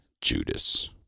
Judas